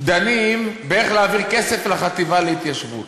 דנים איך להעביר כסף לחטיבה להתיישבות.